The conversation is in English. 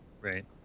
Right